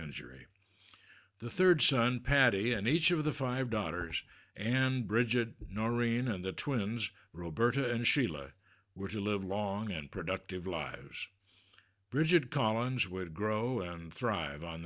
injury the third son paddy and each of the five daughters and bridget norene and the twins roberta and sheila were to live long and productive lives bridget collins would grow and thrive on